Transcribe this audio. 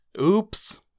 Oops